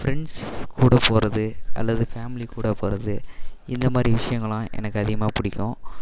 friends கூட போவது அல்லது ஃபேமிலி கூட போவது இந்தமாதிரி விஷயங்களாம் எனக்கு அதிகமாக பிடிக்கும்